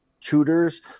tutors